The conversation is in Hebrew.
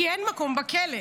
כי אין מקום בכלא.